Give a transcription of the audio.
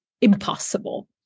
impossible